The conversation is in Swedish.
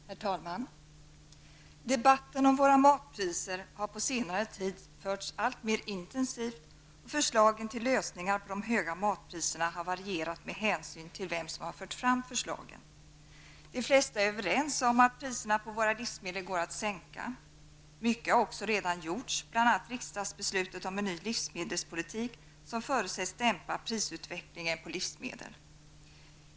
Herr talman! Debatten om våra matpriser har på senare tid förts alltmer intensivt, och förslagen till lösningar på frågan om de höga matpriserna har varierat med hänsyn till vem som har fört fram förslagen. De flesta är överens om att priserna på våra livsmedel går att sänka. Mycket har också redan gjorts, bl.a. riksdagsbeslutet om en ny livsmedelspolitik som förutsätts dämpa prisutvecklingen på livsmedel.